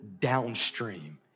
downstream